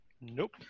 Nope